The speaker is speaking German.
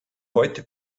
heute